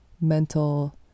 mental